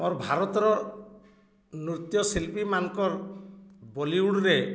ମୋର୍ ଭାରତର ନୃତ୍ୟଶିଲ୍ପୀମାନଙ୍କର ବଲିଉଡ଼ରେ